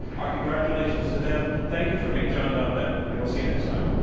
our congratulations to them. thank you for me, john donvan. and we'll see you next time.